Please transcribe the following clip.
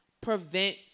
prevent